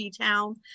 town